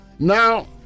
Now